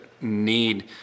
need